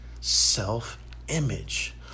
self-image